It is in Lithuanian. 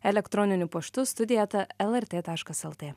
elektroniniu paštu studija eta lrt taškas lt